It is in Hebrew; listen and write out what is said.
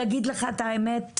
להגיד לך את האמת,